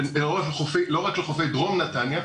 לא רק לחופי דרום נתניה,